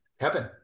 Kevin